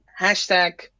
hashtag